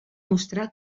mostrant